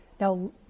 now